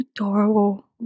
Adorable